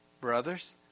Brothers